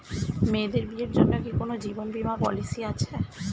মেয়েদের বিয়ের জন্য কি কোন জীবন বিমা পলিছি আছে?